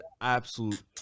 absolute